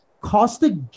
Costa